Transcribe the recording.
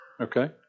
Okay